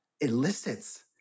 elicits